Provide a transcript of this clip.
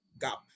gap